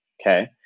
Okay